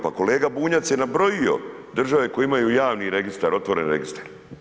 Pa kolega Bunjac je nabrojio države koje imaju javni registar, otvoren registar.